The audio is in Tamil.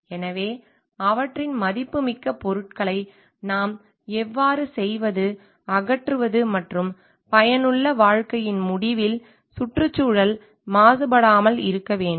எனவே அவற்றின் மதிப்புமிக்க பொருட்களை நாம் எவ்வாறு அகற்றுவது மற்றும் பயனுள்ள வாழ்க்கையின் முடிவில் சுற்றுச்சூழல் மாசுபடாமல் இருக்க வேண்டும்